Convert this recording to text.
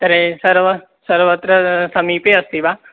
तर्हि सर्वं सर्वत्र समीपे अस्ति वा